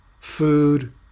food